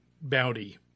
bounty